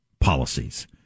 policies